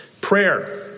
Prayer